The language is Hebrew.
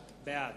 בעד